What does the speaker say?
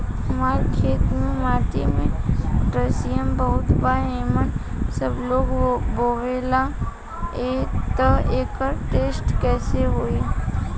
हमार खेत के माटी मे पोटासियम बहुत बा ऐसन सबलोग बोलेला त एकर टेस्ट कैसे होई?